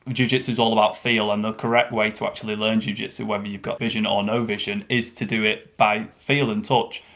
jiu-jitsu's all about feel and the correct way to actually learn jiu-jitsu, whether you've got vision or no vision, is to do it by feel and touch.